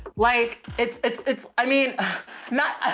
like it's, it's, it's, i mean not,